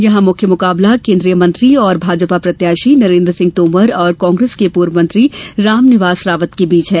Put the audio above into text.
यहां मुख्य मुकाबला केंद्रीय मंत्री और भाजपा प्रत्याशी नरेंद्र सिंह तोमर और कांग्रेस के पूर्व मंत्री रामनिवास रावत के बीच है